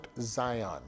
Zion